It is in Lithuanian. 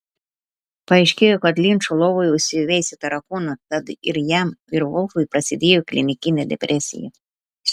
paaiškėjo kad linčo lovoje užsiveisė tarakonų tad ir jam ir volfui prasidėjo klinikinė depresija